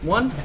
One